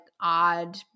odd